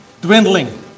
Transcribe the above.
dwindling